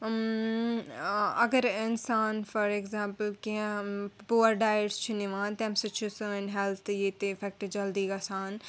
اگر اِنسان for example کیٚنٛہہ پُوَر ڈایٹ چھِ نِوان تَمہِ سۭتۍ چھُ سٲنۍ ہٮ۪لٕتھ ییٚتہِ اِفٮ۪کٹ جلدی گَژھان